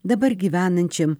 dabar gyvenančiam